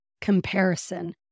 comparison